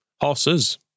Horses